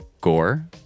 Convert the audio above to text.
Gore